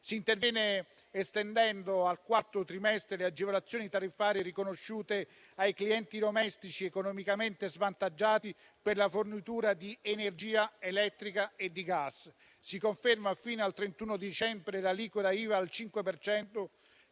Si interviene estendendo al quarto trimestre le agevolazioni tariffarie riconosciute ai clienti domestici economicamente svantaggiati per la fornitura di energia elettrica e di gas. Si conferma fino al 31 dicembre l'aliquota IVA al 5